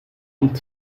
und